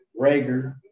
Rager